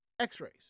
x-rays